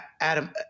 Adam